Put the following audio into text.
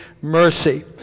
mercy